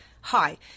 Hi